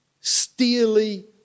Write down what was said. steely